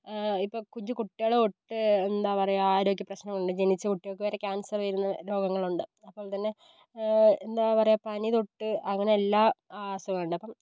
ഇപ്പോൾ കുഞ്ഞു കുട്ടികൾ തൊട്ട് എന്താ പറയുക ആരോഗ്യ പ്രശ്നങ്ങൾ ഉണ്ട് ജനിച്ച കുട്ടികൾക്ക് വരെ ക്യാൻസർ വരുന്ന രോഗങ്ങൾ ഉണ്ട് അപ്പോൾ തന്നെ എന്താ പറയുക പനി തൊട്ട് അങ്ങനെ എല്ലാ അസുഖങ്ങളുണ്ട് അപ്പം